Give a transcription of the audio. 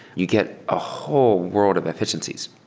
you get a whole world of efficiencies.